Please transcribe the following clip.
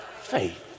faith